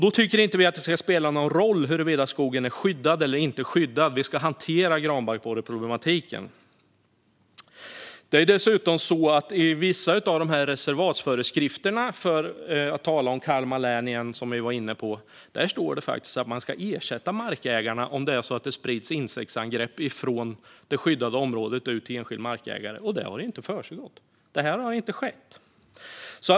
Då tycker inte vi att det ska spela någon roll huruvida skogen är skyddad eller inte. Vi ska hantera problematiken med granbarkborren. Det är dessutom så att det i vissa av de här reservatsföreskrifterna - för att tala om Kalmar län igen, som jag var inne på - står att man ska ersätta markägarna om det sprids insektsangrepp från det skyddade området till enskild markägare. Men detta har inte skett.